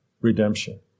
redemption